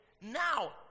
now